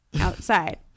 outside